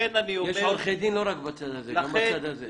יש עורכי דין לא רק בצד הזה, גם בצד הזה.